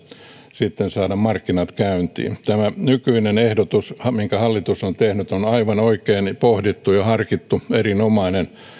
sitten saada markkinat käyntiin tämä nykyinen ehdotus minkä hallitus on tehnyt on aivan oikein pohdittu ja harkittu erinomainen